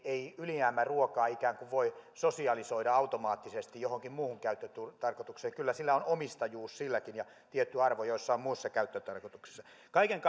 ei ylijäämäruokaa voi ikään kuin sosialisoida automaattisesti johonkin muuhun käyttötarkoitukseen kyllä silläkin on omistajuus ja tietty arvo jossain muussa käyttötarkoituksessa kaiken